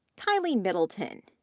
kylie middleton,